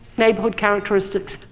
neighborhood characteristics,